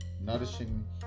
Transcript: nourishing